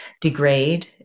degrade